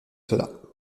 cela